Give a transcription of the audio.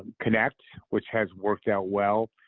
connect, which has worked out well.